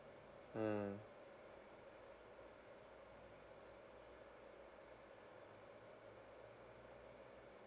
mm